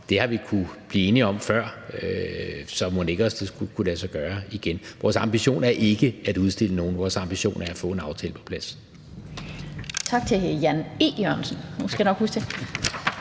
Det har vi kunnet blive enige om før, så mon ikke også det skulle kunne lade sig gøre igen. Vores ambition er ikke at udstille nogen. Vores ambition er at få en aftale på plads.